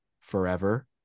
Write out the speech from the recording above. forever